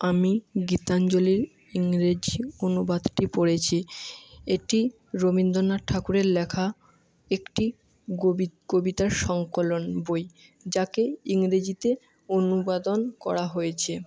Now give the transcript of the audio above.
আমি গীতাঞ্জলির ইংরেজি অনুবাদটি পড়েছি এটি রবীন্দ্রনাথ ঠাকুরের লেখা একটি কবিতার সংকলন বই যাকে ইংরেজিতে অনুবাদন করা হয়েছে